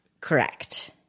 Correct